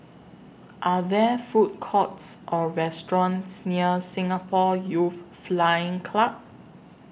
Are There Food Courts Or restaurants near Singapore Youth Flying Club